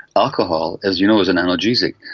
alcohol, as you know, is an analgesic.